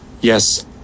Yes